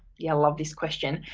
yeah, i love this question.